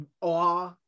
awe